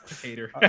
Hater